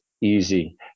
easy